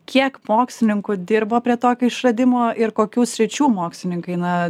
kiek mokslininkų dirbo prie tokio išradimo ir kokių sričių mokslininkai na